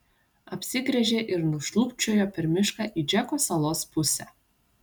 apsigręžė ir nušlubčiojo per mišką į džeko salos pusę